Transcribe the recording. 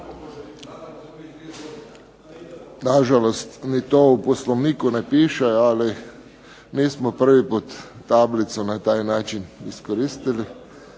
Nažalost to u Poslovniku ne piše, ali mi smo prvi puta tablicu na taj način iskoristili.